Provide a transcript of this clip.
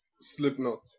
Slipknot